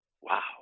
wow